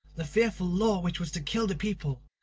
the fearful law which was to kill the people,